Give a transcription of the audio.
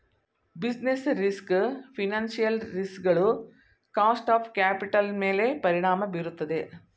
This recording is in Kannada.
ಬಿಸಿನೆಸ್ ರಿಸ್ಕ್ ಫಿನನ್ಸಿಯಲ್ ರಿಸ್ ಗಳು ಕಾಸ್ಟ್ ಆಫ್ ಕ್ಯಾಪಿಟಲ್ ನನ್ಮೇಲೆ ಪರಿಣಾಮ ಬೀರುತ್ತದೆ